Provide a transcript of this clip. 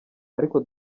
ariko